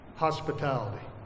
hospitality